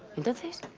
this is